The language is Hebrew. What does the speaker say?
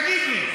תגיד לי.